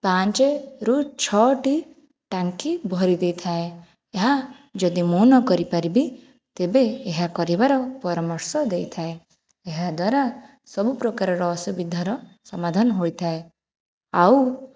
ପାଞ୍ଚ ରୁ ଛଅଟି ଟାଙ୍କି ଭରିଦେଇଥାଏ ଏହା ଯଦି ମୁଁ ନକରିପାରିବି ତେବେ ଏହା କରିବାର ପରାମର୍ଶ ଦେଇଥାଏ ଏହାଦ୍ୱାରା ସବୁ ପ୍ରକାରର ଅସୁବିଧାର ସମାଧାନ ହୋଇଥାଏ ଆଉ